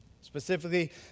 Specifically